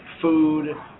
food